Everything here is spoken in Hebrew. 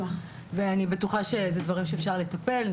ואני בטוחה שאלו דברים שאפשר לטפל כי